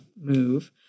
move